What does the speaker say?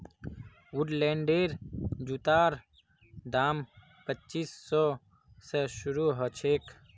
वुडलैंडेर जूतार दाम पच्चीस सौ स शुरू ह छेक